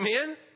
Amen